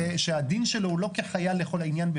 שהוא כל הזמן יוצא ומהדהד את אלימות המתנחלים,